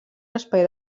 espai